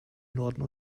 norden